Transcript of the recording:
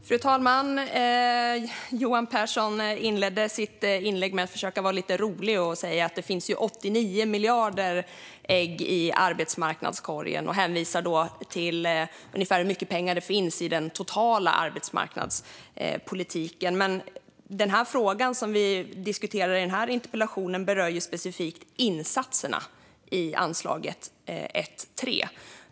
Fru talman! Johan Pehrson inledde sitt inlägg med att försöka vara lite rolig och säga att det finns 89 miljarder ägg i arbetsmarknadskorgen. Han hänvisar då till ungefär hur mycket pengar det finns i den totala arbetsmarknadspolitiken. Men den fråga som vi diskuterar i den här interpellationsdebatten berör ju specifikt insatserna i anslaget 1.3.